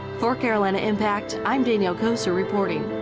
for carolina impact, i'm danielle kosir reporting.